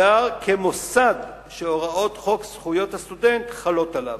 יוגדר "מוסד" שהוראות חוק זכויות הסטודנט חלות עליו.